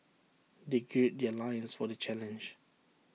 they gird their loins for the challenge